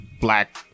black